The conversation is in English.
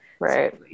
Right